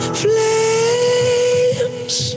flames